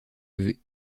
levée